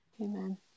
Amen